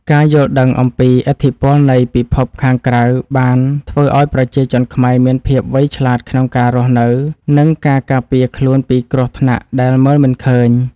ការយល់ដឹងអំពីឥទ្ធិពលនៃពិភពខាងក្រៅបានធ្វើឱ្យប្រជាជនខ្មែរមានភាពវៃឆ្លាតក្នុងការរស់នៅ និងការការពារខ្លួនពីគ្រោះថ្នាក់ដែលមើលមិនឃើញ។